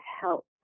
help